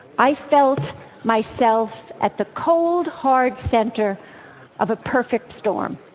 i felt myself at the cold, hard center of a perfect storm.